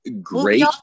Great